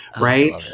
right